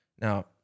Now